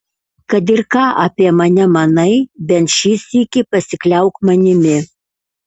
kad ir ką apie mane manai bent šį sykį pasikliauk manimi